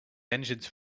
engines